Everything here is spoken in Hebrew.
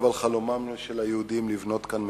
על חלומם של היהודים לבנות כאן מדינה,